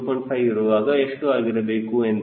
5 ಇರುವಾಗ ಎಷ್ಟು ಆಗಿರಬಹುದು ಎಂದು